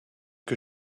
que